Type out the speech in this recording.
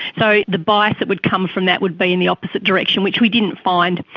so the bias that would come from that would be in the opposite direction, which we didn't find.